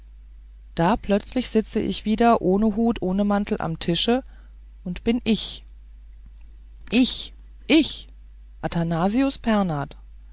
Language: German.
da plötzlich sitze ich wieder ohne hut ohne mantel am tische und bin ich ich ich athanasius